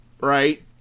right